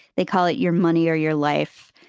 they call it your money or your life,